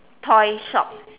toy shop